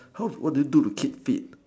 how's what do you do to keep fit